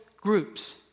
groups